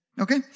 okay